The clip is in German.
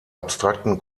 abstrakten